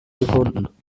sekunden